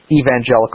evangelical